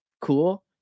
cool